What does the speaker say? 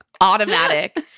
Automatic